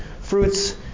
fruits